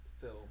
film